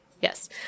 Yes